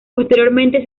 posteriormente